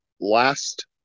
last